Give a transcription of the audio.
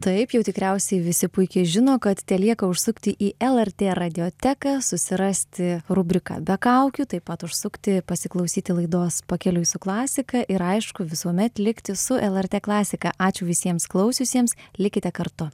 taip jau tikriausiai visi puikiai žino kad telieka užsukti į lrt radioteką susirasti rubriką be kaukių taip pat užsukti pasiklausyti laidos pakeliui su klasika ir aišku visuomet likti su lrt klasika ačiū visiems klausiusiems likite kartu